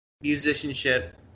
musicianship